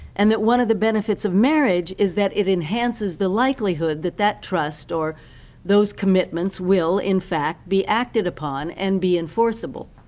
and that one of the benefits of marriage is that it enhances the likelihood that that trust or those commitments will, in fact, be acted upon and be enforceable.